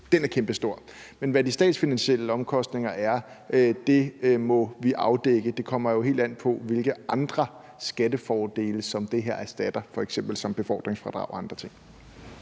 er kæmpestor, men hvad de statsfinansielle omkostninger er, må vi afdække. Det kommer jo helt an på, hvilke andre skattefordele det her erstatter, f.eks. befordringsfradrag og andre ting.